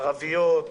ערביות,